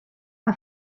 que